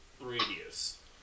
radius